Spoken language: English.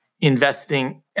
investing